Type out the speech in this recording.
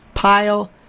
pile